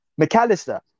McAllister